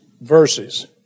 verses